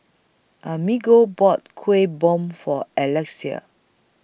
Amerigo bought Kuih Bom For Alexys